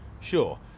Sure